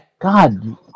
God